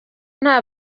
nta